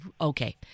Okay